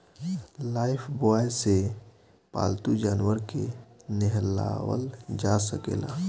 Lifebuoy से पाल्तू जानवर के नेहावल जा सकेला